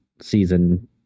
season